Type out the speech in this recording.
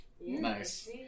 Nice